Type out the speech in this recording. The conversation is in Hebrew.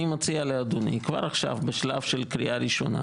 אני מציע לאדוני כבר עכשיו בשלב של קריאה ראשונה